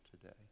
today